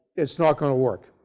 its' not going to work.